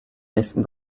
nächsten